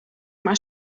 maar